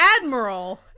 Admiral